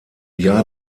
jahr